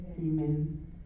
Amen